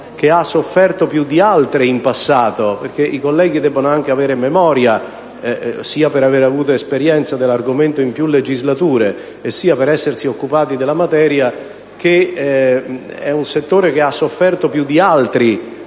che ha sofferto più di altre in passato. I colleghi debbono infatti avere memoria, sia per avere avuto esperienza dell'argomento in più legislature, sia per essersi occupati della materia, che è un settore che ha sofferto più di altri